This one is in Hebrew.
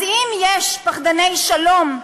אז אם יש פחדני שלום,